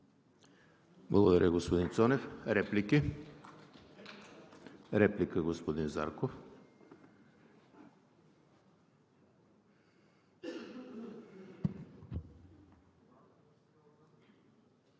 Благодаря, господин Цонев. Реплики? Реплика – господин Зарков. КРУМ